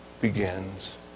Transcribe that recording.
begins